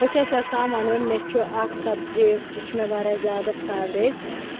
بہٕ چھَس یَژھان وَنُن مےٚ چھُ اَکھ سَبجکٹ چھُ مےٚ واریاہ زیادٕ فیورِٹ